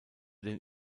den